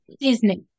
Disney